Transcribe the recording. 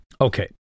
Okay